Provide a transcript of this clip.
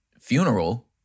funeral